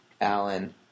Alan